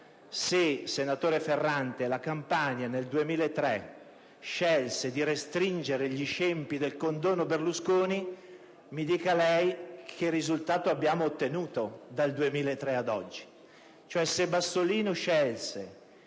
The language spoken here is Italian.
di centrosinistra, se la Campania nel 2003 scelse di restringere gli scempi del condono Berlusconi, mi dica lei che risultato abbiamo ottenuto dal 2003 ad oggi.